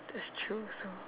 that's true also